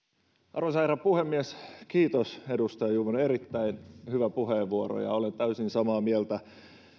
arvoisa herra puhemies kiitos edustaja juvonen erittäin hyvä puheenvuoro ja olen täysin samaa mieltä